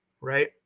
right